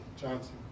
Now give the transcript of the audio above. Johnson